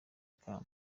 ikamba